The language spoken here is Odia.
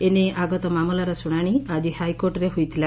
ଏନେଇ ଆଗତ ମାମଲାର ଶୁଶାଣି ଆଜି ହାଇକୋର୍ଟରେ ହୋଇଥିଲା